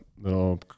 little